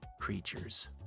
creatures